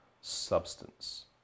substance